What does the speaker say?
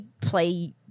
play